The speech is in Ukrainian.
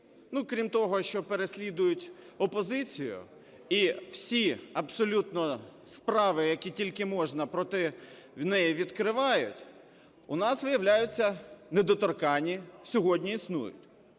Крім того, що переслідують опозицію, і всі абсолютно справи, які тільки можна, проти неї відкривають, у нас, виявляється, недоторканні сьогодні існують.